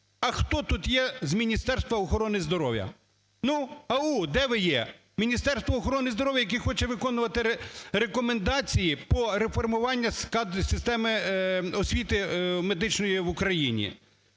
А хто тут є з Міністерства охорони здоров'я? Ну? А-у, де ви є? Міністерство охорони здоров'я, яке хоче виконувати рекомендації по реформуванню системи освіти медичної в Україні.